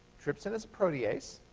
trypsin is a protease.